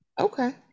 Okay